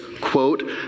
quote